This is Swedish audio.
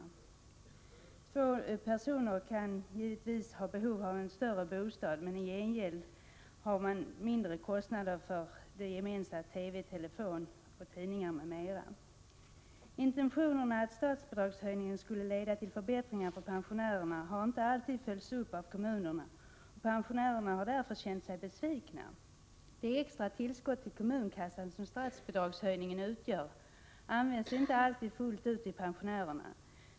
Två personer kan givetvis ha behov av en större bostad, men de har i gengäld mindre kostnader för gemensamma utgifter som TV, telefon och tidningar. Intentionerna om att statsbidragshöjningen skulle leda till förbättringar för pensionärerna har inte alltid följts upp av kommunerna, och pensionärerna har därför känt sig besvikna. Det extra tillskott till kommunkassan som statsbidragshöjningen utgör används inte alltid fullt ut till pensionärerna.